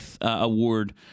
award